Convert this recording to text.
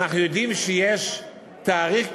אנחנו יודעים שיש תאריך כזה,